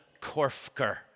Korfker